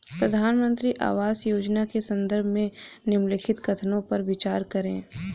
प्रधानमंत्री आवास योजना के संदर्भ में निम्नलिखित कथनों पर विचार करें?